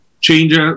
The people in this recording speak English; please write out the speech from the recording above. Change